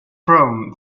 thrown